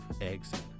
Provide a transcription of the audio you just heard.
eggs